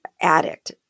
addict